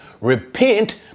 repent